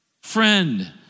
friend